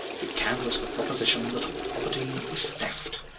we canvass the proposition that all property is theft.